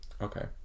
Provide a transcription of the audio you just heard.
Okay